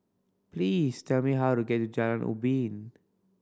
please tell me how to get to Jalan Ubin